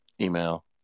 Email